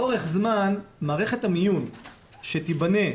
לאורך זמן מערכת המיון ושליטה שתיבנה,